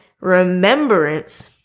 remembrance